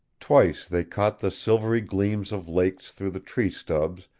twice they caught the silvery gleam of lakes through the tree-stubs,